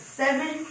seven